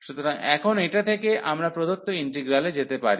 সুতরাং এখন এটা থেকে আমরা প্রদত্ত ইন্টিগ্রালে যেতে পারি